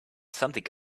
something